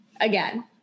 Again